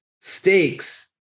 stakes